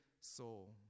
soul